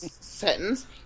sentence